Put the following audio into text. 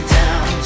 down